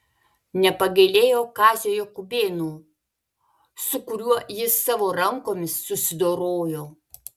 nepagailėjo kazio jakubėno su kuriuo jis savo rankomis susidorojo